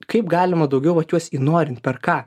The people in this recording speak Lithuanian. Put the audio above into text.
kaip galima daugiau vat juos įnorint per ką